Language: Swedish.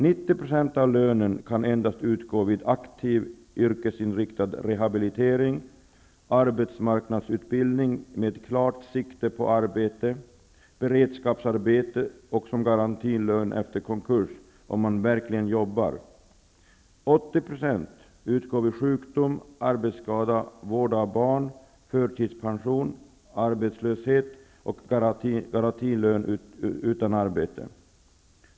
90 % av lönen kan utgå endast vid aktiv yrkesinriktad rehabilitering, arbetsmarknadsutbildning med klart sikte på arbete, beredskapsarbete och som garantilön efter konkurs, om man verkligen jobbar. 80 % utgår vid sjukdom, arbetsskada, vård av barn, förtidspension, arbetslöshet och som garantilön utan arbete.